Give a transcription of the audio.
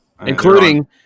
including